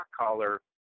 collar